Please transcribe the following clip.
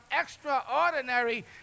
extraordinary